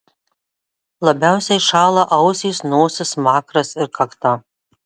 labiausiai šąla ausys nosis smakras ir kakta